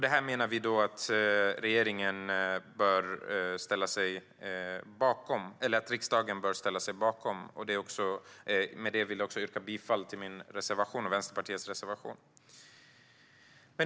Detta menar vi att riksdagen bör ställa sig bakom, och med det vill jag yrka bifall till min och Vänsterpartiets reservation.